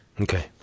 Okay